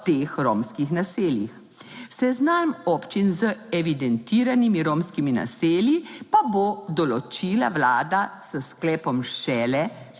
teh romskih naseljih. Seznam občin z evidentiranimi romskimi naselji pa bo določila vlada s sklepom šele